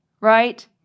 Right